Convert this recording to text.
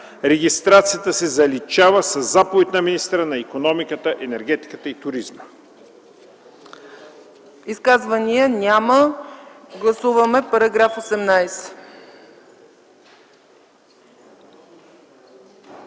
„Регистрацията се заличава със заповед на министъра на икономиката, енергетиката и туризма:”.